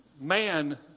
man